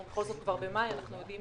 אנחנו בכל זאת כבר במאי, אנחנו יודעים